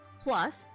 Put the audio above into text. Plus